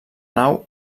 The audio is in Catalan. nau